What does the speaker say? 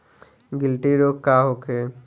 गिल्टी रोग का होखे?